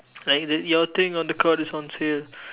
like the your thing on the cart is on sale